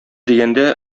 дигәндә